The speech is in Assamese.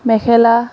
মেখেলা